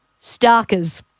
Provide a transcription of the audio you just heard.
Starkers